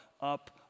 up